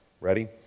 Ready